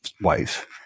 wife